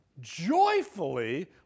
joyfully